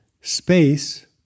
space